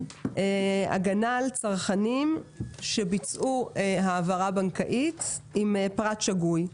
הגנה על צרכנים שביצעו העברה בנקאית עם פרט שגוי.